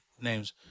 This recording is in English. names